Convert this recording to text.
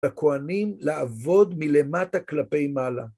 הכהנים לעבוד מלמטה כלפי מעלה.